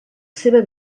seva